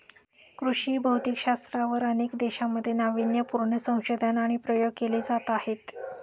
कृषी भौतिकशास्त्रावर अनेक देशांमध्ये नावीन्यपूर्ण संशोधन आणि प्रयोग केले जात आहेत